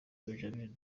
benjamin